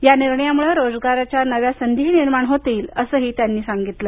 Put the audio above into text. या निर्णयामुळे रोजगाराच्या नव्या संधी निर्माण होतील असंही त्यांनी सांगितलं